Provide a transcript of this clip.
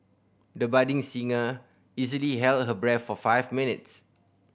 the budding singer easily held her breath for five minutes